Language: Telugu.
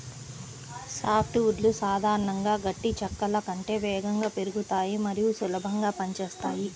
సాఫ్ట్ వుడ్లు సాధారణంగా గట్టి చెక్కల కంటే వేగంగా పెరుగుతాయి మరియు సులభంగా పని చేస్తాయి